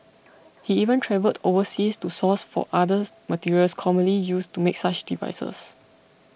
he even travelled overseas to source for other materials commonly used to make such devices